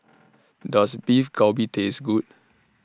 Does Beef Galbi Taste Good